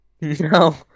No